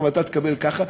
ואתה תקבל ככה.